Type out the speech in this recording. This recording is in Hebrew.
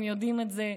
הם יודעים את זה,